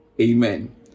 Amen